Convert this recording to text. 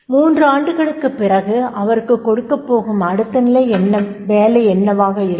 3 ஆண்டுகளுக்குப் பிறகு அவருக்கு கொடுக்கப்போகும் அடுத்த நிலை வேலை என்னவாக இருக்கும்